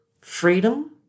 Freedom